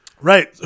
Right